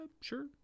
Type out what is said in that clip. Sure